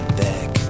back